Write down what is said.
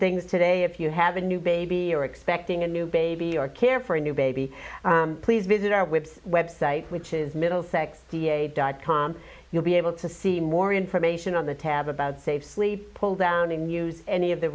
things today if you have a new baby or expecting a new baby or care for a new baby please visit our web website which is middlesex v a dot com you'll be able to see more information on the tab about save sleep pulldown in use any of the